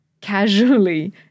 casually